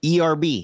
ERB